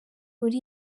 muri